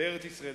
בארץ-ישראל.